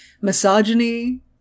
Misogyny